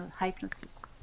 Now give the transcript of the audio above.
hypnosis